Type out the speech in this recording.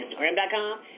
Instagram.com